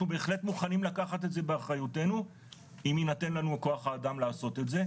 בהחלט מוכנים לקחת את זה באחריותנו אם יינתן לנו כוח האדם לעשות את זה,